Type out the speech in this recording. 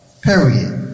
Period